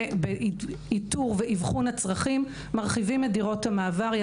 באיתור ואבחון הצרכים מרחיבים את דירות המעבר.